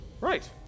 Right